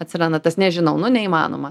atsiranda tas nežinau nu neįmanoma